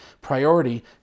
priority